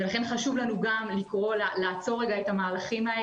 לכן חשוב לנו לקרוא לעצור לרגע את הדברים,